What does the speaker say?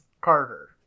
carter